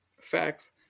Facts